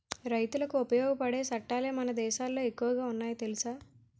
రైతులకి ఉపయోగపడే సట్టాలే మన దేశంలో ఎక్కువ ఉన్నాయి తెలుసా